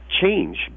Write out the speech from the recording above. change